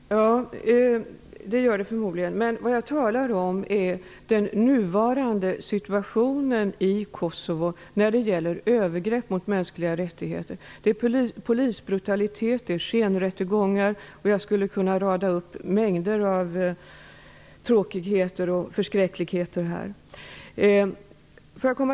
Herr talman! Det gör det förmodligen. Men vad jag talar om är den nuvarande situationen i Kosovo när det gäller övergrepp mot mänskliga rättigheter. Det är polisbrutalitet, det är skenrättegångar. Jag skulle kunna rada upp mängder av tråkigheter och förskräckligheter.